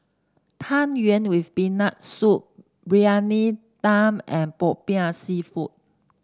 Tang Yuen with Peanut Soup Briyani Dum and popiah seafood